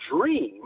dream